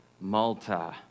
Malta